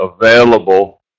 available